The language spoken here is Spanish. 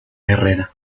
herrera